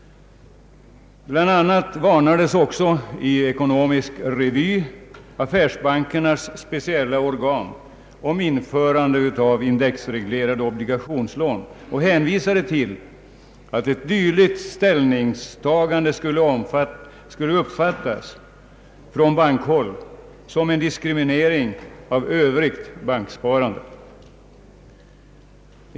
Bl.a. varnades också i Ekonomisk Revy, affärsbankernas speciella organ, för införande av indexreglerade obligationslån. Det hänvisades till att ett dylikt ställningstagande skulle från bankhåll upp fattas som en diskriminering av övrigt banksparande.